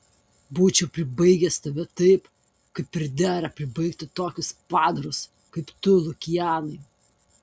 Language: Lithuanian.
būčiau pribaigęs tave taip kaip ir dera pribaigti tokius padarus kaip tu lukianai